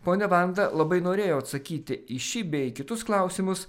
ponia vanda labai norėjo atsakyti į šį bei kitus klausimus